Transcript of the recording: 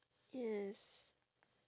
yes